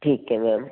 ਠੀਕ ਹੈ ਮੈਮ